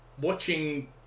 watching